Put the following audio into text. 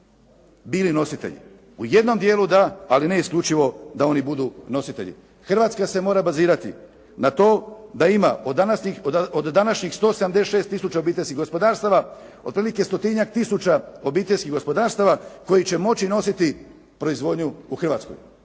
bili nositelji. U jednom djelu da, ali ne isključivo da oni budu nositelji. Hrvatska se mora bazirati da ima od današnjih 176 obitelji gospodarstava, otprilike stotinjak tisuća obiteljskih gospodarstava koji će moći nositi proizvodnju u Hrvatskoj.